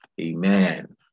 Amen